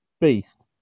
beast